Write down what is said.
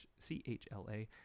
CHLA